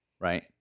right